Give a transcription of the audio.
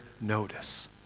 notice